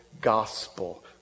gospel